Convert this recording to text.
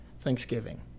Thanksgiving